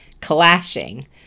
clashing